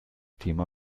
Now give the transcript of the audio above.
thema